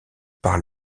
par